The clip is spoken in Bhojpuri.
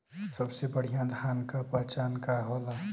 सबसे बढ़ियां धान का पहचान का होला?